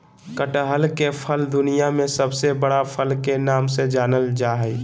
कटहल के फल दुनिया में सबसे बड़ा फल के नाम से जानल जा हइ